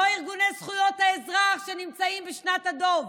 לא ארגוני זכויות האזרח, שנמצאים בשנת הדוב,